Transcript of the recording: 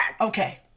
Okay